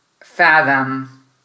fathom